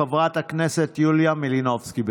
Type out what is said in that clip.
חברת הכנסת יוליה מלינובסקי.